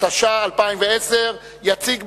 התש"ע 2010. יציג,